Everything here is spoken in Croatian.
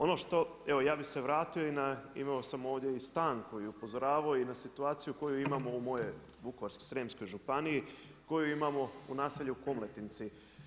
Ono što, evo ja bi se vratio, imao sam ovdje stanku u i upozoravao i na situaciju koju imamo u mojoj Vukovarsko-srijemskoj županiji, koju imamo u naselje Komletinci.